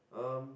um